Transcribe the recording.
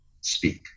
speak